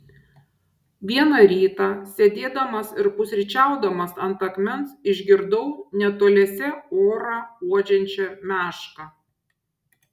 vieną rytą sėdėdamas ir pusryčiaudamas ant akmens išgirdau netoliese orą uodžiančią mešką